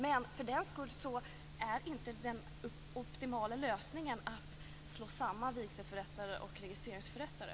Men för den skull är inte den optimala lösningen att slå samman vigselförrättare och registreringsförrättare.